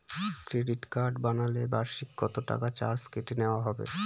Credit card বানালে বার্ষিক কত টাকা চার্জ কেটে নেওয়া হবে?